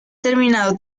terminado